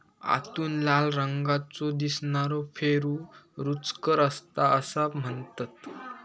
आतून लाल रंगाचो दिसनारो पेरू रुचकर असता असा म्हणतत